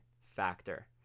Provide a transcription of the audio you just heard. factor